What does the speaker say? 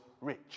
rich